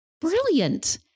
brilliant